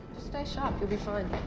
stay sharp. you'll be fine.